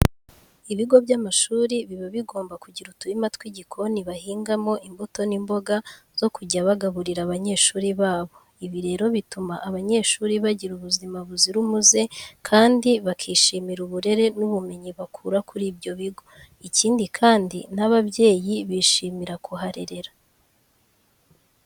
Ibigo by'amashuri biba bigomba kugira uturima tw'igikoni bahingamo imbuto n'imboga zo kujya bagaburira abanyeshuri babo. Ibi rero bituma abanyeshuri bagira ubuzima buzira umuze kandi bakishimira uburere n'ubumenyi bakura kuri ibyo bigo. Ikindi kandi n'ababyeyi bishimira kuharerera.